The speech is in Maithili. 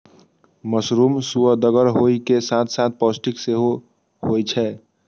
मशरूम सुअदगर होइ के साथ साथ पौष्टिक सेहो होइ छै